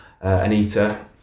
Anita